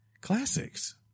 Classics